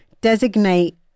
designate